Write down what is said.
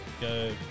Go